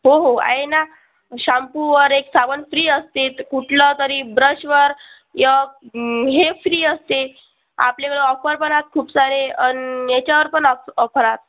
हो हो आहे ना शॅम्पूवर एक साबण फ्री असते कुठलं तरी ब्रशवर एक हे फ्री असते आपल्याकडं ऑफर पण आत खूप सारे आणि ह्याच्यावर पण ऑफ ऑफरात